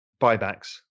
buybacks